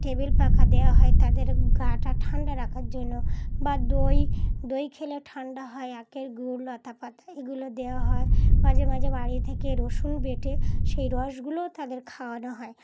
table পাখা দেওয়া হয় তাদের গাটা ঠান্ডা রাখার জন্য বা দই দই খেলে ঠান্ডা হয় আঁখের গুড় লতা পাতা এগুলো দেওয়া হয় মাঝে মাঝে বাড়ি থেকে রসুন বেটে সেই রসগুলো তাদের খাওয়ানো হয়